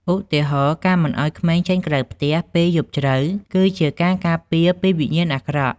ឧទាហរណ៍ ការមិនឲ្យក្មេងចេញក្រៅផ្ទះពេលយប់ជ្រៅ គឺជាការការពារពីវិញ្ញាណអាក្រក់ ។